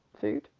food